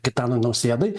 gitanui nausėdai